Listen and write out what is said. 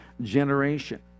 generation